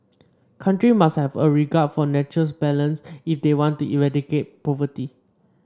country must have a regard for nature's balance if they want to eradicate poverty